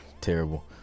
terrible